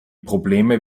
probleme